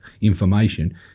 information